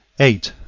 eight.